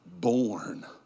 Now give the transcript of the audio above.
born